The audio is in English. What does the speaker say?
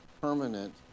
permanent